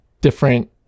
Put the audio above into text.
different